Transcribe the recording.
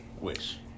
Wish